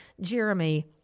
Jeremy